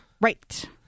Right